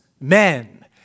men